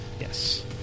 Yes